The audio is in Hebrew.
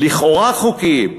לכאורה חוקיים.